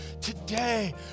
today